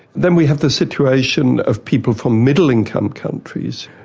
then we have the situation of people from middle-income countries,